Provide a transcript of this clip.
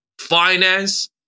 finance